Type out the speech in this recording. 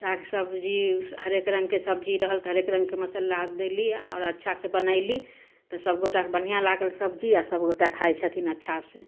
साग सब्जी हरेक रङ्गके सब्जी रहल तऽ हरेक रङ्गके मसल्ला देली और अच्छा से बनैली तऽ सब गोटा के बढ़ियाँ लागल सब्जी आ सब गोटा खाय छथिन अच्छा से